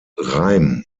reim